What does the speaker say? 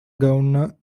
governor